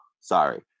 sorry